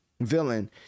villain